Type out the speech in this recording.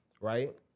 right